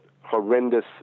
horrendous